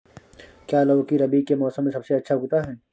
क्या लौकी रबी के मौसम में सबसे अच्छा उगता है?